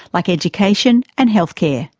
like education and health care.